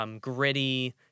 gritty